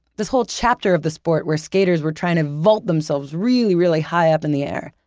this whole chapter of the sport where skaters were trying to vault themselves really, really high up in the air.